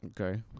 Okay